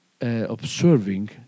observing